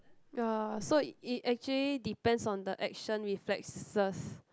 ya so it it actually depends on the action reflexes